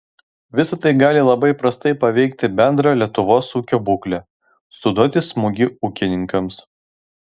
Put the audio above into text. visa tai gali labai prastai paveikti bendrą lietuvos ūkio būklę suduoti smūgį ūkininkams